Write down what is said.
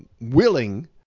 willing